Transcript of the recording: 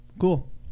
Cool